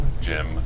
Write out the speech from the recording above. Jim